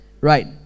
Right